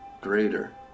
greater